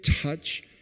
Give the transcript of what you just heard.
touch